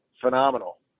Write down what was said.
phenomenal